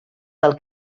del